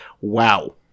Wow